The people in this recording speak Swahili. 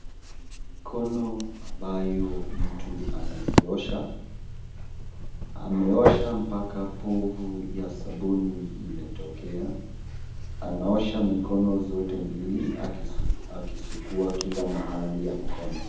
Mkono ambayo mtu anaziosha, ameosha mpaka povu ya sabuni imetokea. Anaosha mikono zote mbili akisugua kila mahali ya mkono.